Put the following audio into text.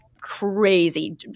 crazy